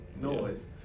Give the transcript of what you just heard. noise